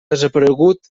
desaparegut